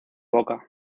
boca